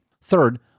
Third